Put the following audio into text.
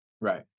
Right